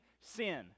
Sin